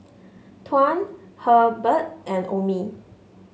Tuan Hebert and Omie